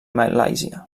malàisia